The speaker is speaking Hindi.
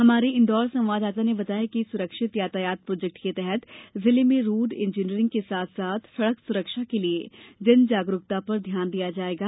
हमारे इंदौर संवाददाता ने बताया कि सुरक्षित यातायात प्रोजेक्ट के तहत जिले में रोड इंजीनियरिंग के साथ साथ सड़क सुरक्षा के लिये जन जागरूकता पर ध्यान दिया जाएगा